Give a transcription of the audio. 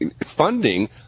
Funding